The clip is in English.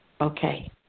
Okay